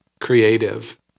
creative